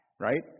right